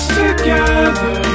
together